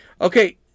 Okay